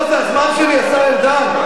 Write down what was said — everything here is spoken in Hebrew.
לא, זה הזמן שלי, השר ארדן.